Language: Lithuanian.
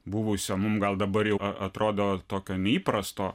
buvusio mum gal dabar jau atrodo tokio neįprasto